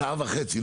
שעה וחצי,